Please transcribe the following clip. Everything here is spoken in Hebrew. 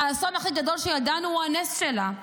האסון הכי גדול שידענו, הוא הנס שלה.